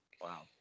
Wow